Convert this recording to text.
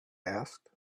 asked